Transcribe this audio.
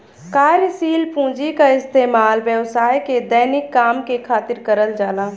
कार्यशील पूँजी क इस्तेमाल व्यवसाय के दैनिक काम के खातिर करल जाला